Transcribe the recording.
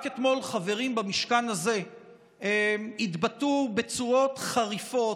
רק אתמול חברים במשכן הזה התבטאו בצורות חריפות,